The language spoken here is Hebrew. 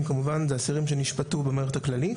כמובן אלו אסירים שנשפטו במערכת הכללית.